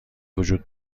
وجود